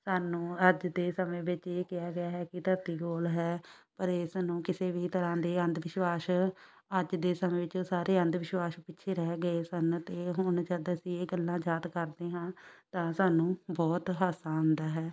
ਸਾਨੂੰ ਅੱਜ ਦੇ ਸਮੇਂ ਵਿੱਚ ਇਹ ਕਿਹਾ ਗਿਆ ਹੈ ਕਿ ਧਰਤੀ ਗੋਲ ਹੈ ਪਰ ਇਸ ਨੂੰ ਕਿਸੇ ਵੀ ਤਰ੍ਹਾਂ ਦੇ ਅੰਧ ਵਿਸ਼ਵਾਸ ਅੱਜ ਦੇ ਸਮੇਂ ਵਿੱਚ ਸਾਰੇ ਅੰਧ ਵਿਸ਼ਵਾਸ ਪਿੱਛੇ ਰਹਿ ਗਏ ਸਨ ਅਤੇ ਹੁਣ ਜਦ ਅਸੀਂ ਇਹ ਗੱਲਾਂ ਯਾਦ ਕਰਦੇ ਹਾਂ ਤਾਂ ਸਾਨੂੰ ਬਹੁਤ ਹਾਸਾ ਆਉਂਦਾ ਹੈ